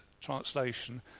Translation